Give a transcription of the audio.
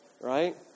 right